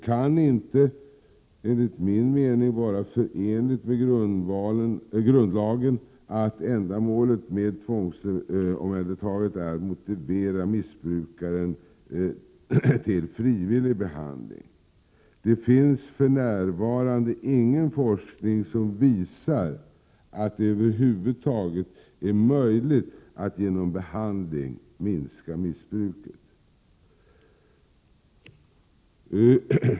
Enligt min mening kan det inte vara förenligt med grundlagen att ändamålet med tvångsomhändertagandet är att motivera missbrukaren till frivillig behandling. För närvarande finns ingen forskning som visar att det över huvud taget är möjligt att genom behandling minska missbruket.